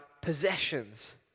possessions